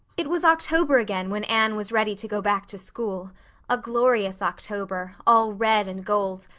it was october again when anne was ready to go back to school a glorious october, all red and gold,